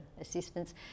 assistance